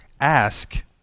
ask